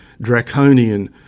draconian